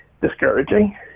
discouraging